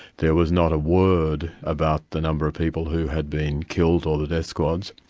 there was not a word about the number of people who had been killed or the death squads.